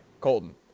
Colton